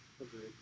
Agreed